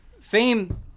fame